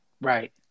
right